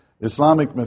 Islamic